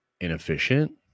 inefficient